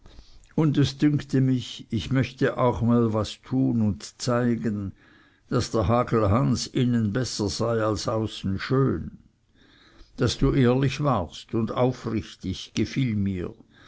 und es dünkte mich ich möchte auch mal was tun und zeigen daß der hagelhans innen besser sei als außen schön daß du ehrlich warst und aufrichtig gefiel mir